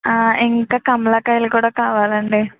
ఇంకా కమలా కాయలు కూడా కావాలండి